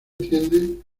tienden